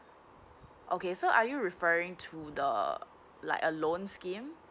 okay so are you referring to the uh like a loan scheme